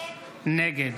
נגד